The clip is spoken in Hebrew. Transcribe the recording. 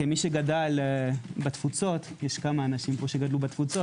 כמי שגדל בתפוצות יש כמה אנשים פה שגדלו בתפוצות